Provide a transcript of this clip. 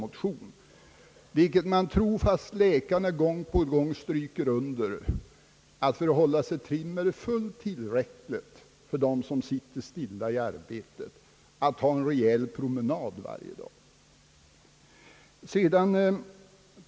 Man tror på nödvändigheten av sådana yttre hjälpmedel, trots att läkarna gång på gång stryker under att för att hålla sig i trim är det fullt tillräckligt för dem som sitter stilla i arbetet att ta en rejäl promenad varje dag.